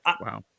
Wow